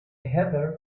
heather